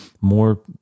more